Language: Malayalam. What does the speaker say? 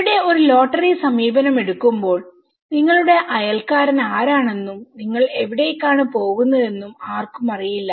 ഇവിടെ ഒരു ലോട്ടറി സമീപനം എടുക്കുമ്പോൾ നിങ്ങളുടെ അയൽക്കാരൻ ആരാണെന്നും നിങ്ങൾ എവിടേക്കാണ് പോകുന്നതെന്നും ആർക്കും അറിയില്ല